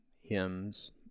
hymns